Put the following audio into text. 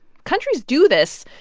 countries do this,